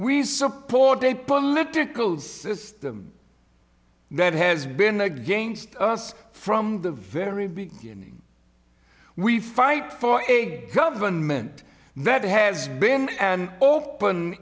we support a political system that has been against us from the very beginning we fight for a government that has been an o